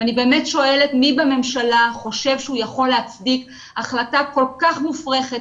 ואני באמת שואלת מי בממשלה חושב שהוא יכול להצדיק החלטה כל כך מופרכת,